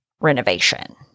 renovation